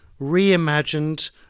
reimagined